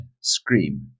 scream